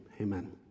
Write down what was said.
Amen